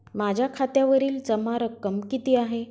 माझ्या खात्यावरील जमा रक्कम किती आहे?